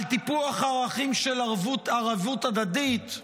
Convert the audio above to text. על טיפוח ערכים של ערבות הדדית,